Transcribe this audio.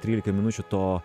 trylika minučių to